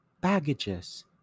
baggages